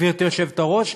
גברתי היושבת-ראש,